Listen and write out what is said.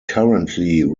currently